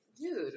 dude